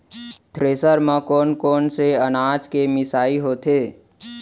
Thresher म कोन कोन से अनाज के मिसाई होथे?